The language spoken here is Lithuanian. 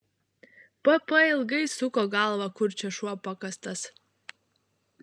pp ilgai suko galvą kur čia šuo pakastas